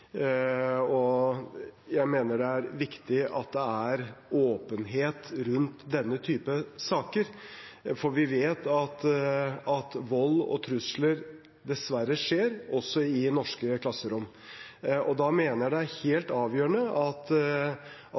og jeg mener det er viktig at det er åpenhet rundt denne type saker, for vi vet at vold og trusler dessverre skjer, også i norske klasserom. Da mener jeg det er helt avgjørende at skoleeier som arbeidsgiver tar ansvar. De har ansvar for at